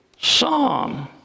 psalm